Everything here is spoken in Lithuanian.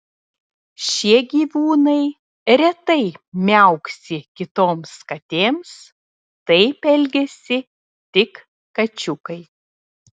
šie gyvūnai retai miauksi kitoms katėms taip elgiasi tik kačiukai